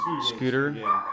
scooter